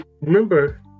remember